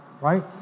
Right